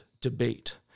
debate